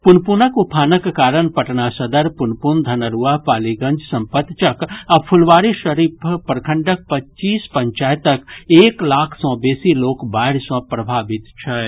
पुनपुनक उफानक कारण पटना सदर पुनपुन धनरूआ पालीगंज संपतचक आ फुलवारीशरीफ प्रखंडक पच्चीस पंचायतक एक लाख सँ बेसी लोक बाढ़ि सँ प्रभावित छथि